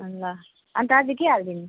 ल अन्त अझ के हालिदिनु